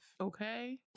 Okay